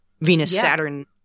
Venus-Saturn